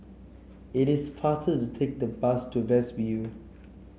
it is faster to take the bus to View